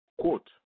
quote